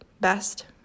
best